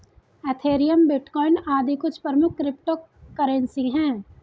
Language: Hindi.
एथेरियम, बिटकॉइन आदि कुछ प्रमुख क्रिप्टो करेंसी है